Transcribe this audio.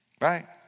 right